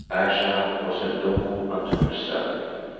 ayesha was a law unto herself.